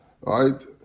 right